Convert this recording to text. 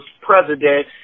president